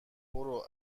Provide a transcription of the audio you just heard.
برو